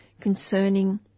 concerning